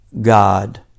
God